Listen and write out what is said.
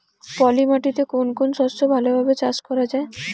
পলি মাটিতে কোন কোন শস্য ভালোভাবে চাষ করা য়ায়?